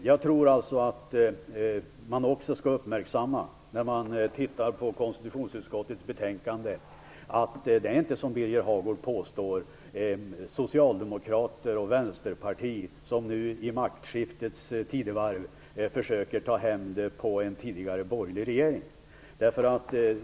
Jag tror således att när man tittar på konstitutionsutskottets betänkande skall man också uppmärksamma att det inte är så som Birger Hagård påstår att det är Socialdemokraterna och Vänsterpartiet som nu i maktskiftets tidevarv försöker ta hämnd på en tidigare borgerlig regering.